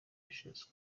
ashatse